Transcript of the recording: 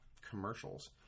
commercials